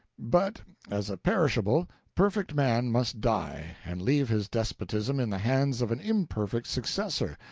but as a perishable perfect man must die, and leave his despotism in the hands of an imperfect successor,